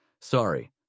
Sorry